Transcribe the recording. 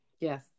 Yes